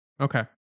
Okay